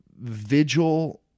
vigil